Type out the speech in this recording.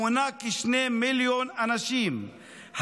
המונה כשני מיליון אנשים,